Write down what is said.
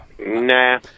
Nah